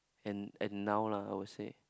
and and now lah I would say